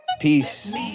Peace